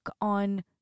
on